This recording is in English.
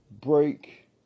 break